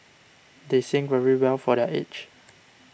they sing very well for their age